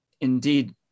indeed